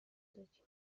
دادی